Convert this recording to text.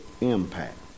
impact